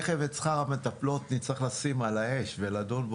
את שכר המטפלות נצטרך לשים על האש ולדון.